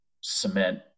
cement